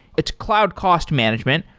it's cloud cost management.